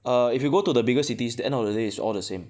err if you go to the bigger cities the end of the day is all the same